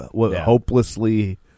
hopelessly